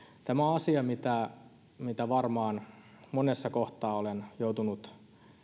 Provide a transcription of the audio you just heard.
tämä on asia mitä mitä varmaan monessa kohtaa olen joutunut